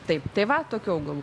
taip tai va tokių augalų